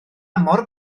mor